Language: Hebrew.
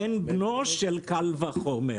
בן בנו של קל וחומר.